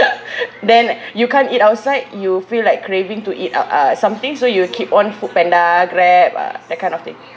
then you can't eat outside you feel like craving to eat out or something so you keep on foodpanda Grab uh that kind of thing